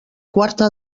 quarta